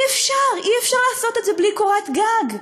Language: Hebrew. אי-אפשר, אי-אפשר לעשות את זה בלי קורת גג.